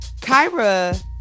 Kyra